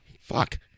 Fuck